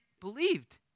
believed